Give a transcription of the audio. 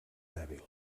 dèbil